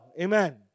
Amen